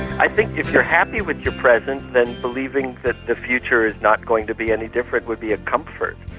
i think if you're happy with your present, then believing that the future is not going to be any different would be a comfort,